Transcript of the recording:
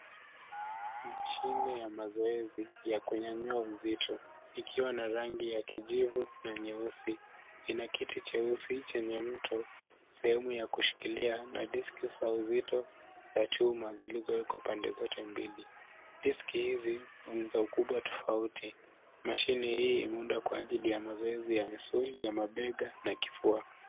Mashine ya mazoezi ya kunyanyua uzito ikiwa na rangi ya kijivu na nyeusi. Ina kiti cheusi chenye mto, sehemu ya kushikilia, na diski za uzito za chuma zilizowekwa pande zote mbili. Diski hizi ni za ukubwa tofauti. Mashine hii imeundwa kwa ajili ya mazoezi ya mabega na kifua.